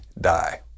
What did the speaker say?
die